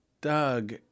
Doug